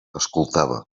escoltava